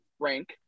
rank